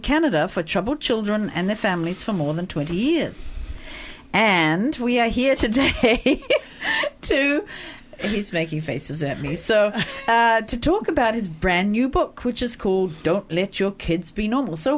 canada for troubled children and their families for more than twenty years and we are here today to he's making faces at me so to talk about his brand new book which is called don't let your kids be normal so